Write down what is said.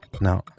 No